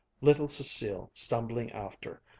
little cecile stumbling after,